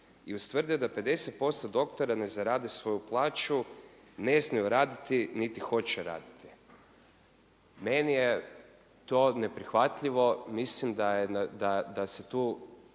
I ustvrdio da 50% doktora ne zaradi svoju plaću, ne smiju raditi niti hoće raditi. Meni je to neprihvatljivo. Mislim da se tu